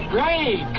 Great